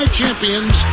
champions